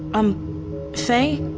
um faye?